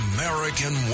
American